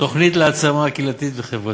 תוכנית להעצמה קהילתית וחברתית,